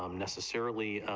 um necessarily,